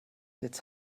jetzt